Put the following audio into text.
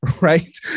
Right